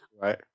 Right